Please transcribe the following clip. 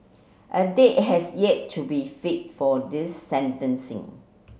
a date has yet to be fit for this sentencing